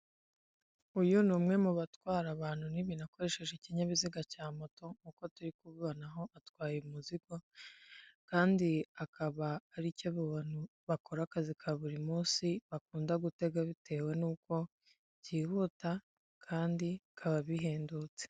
Isoko rifite ibicuruzwa bitandukanye by'imitako yakorewe mu Rwanda, harimo uduseke twinshi n'imitako yo mu ijosi, n'imitako yo kumanika mu nzu harimo n'ibibumbano bigiye bitandukanye n'udutebo.